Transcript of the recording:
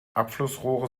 abflussrohre